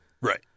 Right